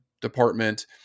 department